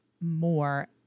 more